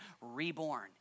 reborn